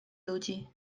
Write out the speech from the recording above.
ludzi